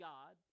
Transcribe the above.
God